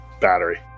battery